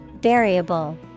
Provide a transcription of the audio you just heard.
Variable